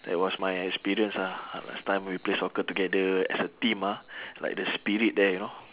that was my experience ah last time we play soccer together as a team ah like the spirit there you know